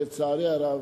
לצערי הרב,